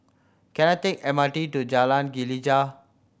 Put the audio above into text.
can I take M R T to Jalan Gelegar